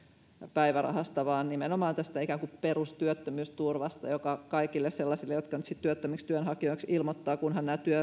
päivärahasta vaan nimenomaan perustyöttömyysturvasta joka on kaikille sellaisille jotka nyt työttömiksi työnhakijoiksi ilmoittautuvat kunhan nämä